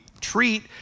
treat